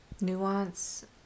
nuance